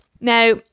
Now